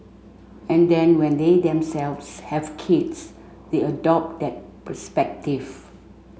and then when they themselves have kids they adopt that perspective